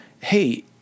hey